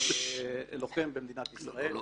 לוחם במדינת ישראל.